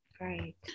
right